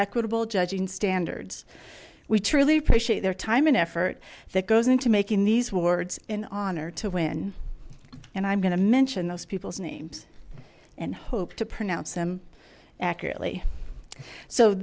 equitable judging standards we truly appreciate their time and effort that goes into making these words in honor to win and i'm going to mention those people's names and hope to pronounce them accurately